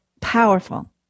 powerful